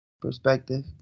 perspective